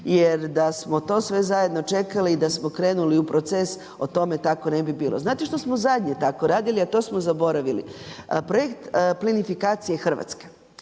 jer da smo to sve zajedno čekali i da smo krenuli u proces o tome tako ne bi bilo. Znate što smo zadnje tako radili, a to smo zaboravili? Projekt plinifikacije Hrvatske.